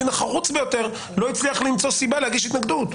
החרוץ ביותר לא הצליח למצוא סיבה להגיש התנגדות.